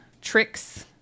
tricks